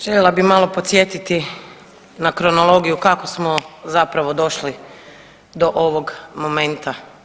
Željela bi malo podsjetiti na kronologiju kako smo zapravo došli do ovog momenta.